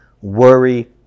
worry